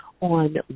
on